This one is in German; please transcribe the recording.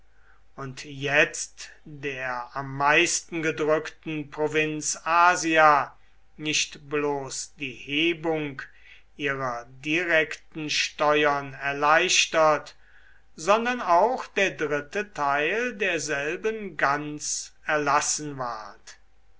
und jetzt der am meisten gedrückten provinz asia nicht bloß die hebung ihrer direkten steuern erleichtert sondern auch der dritte teil derselben ganz erlassen ward